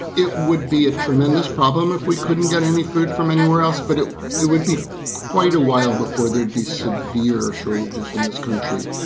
it would be a tremendous problem if we couldn't get any food from anywhere else. but it it would be quite a while before there'd be severe shortages in this country.